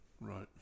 Right